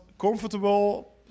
comfortable